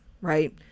right